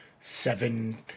seven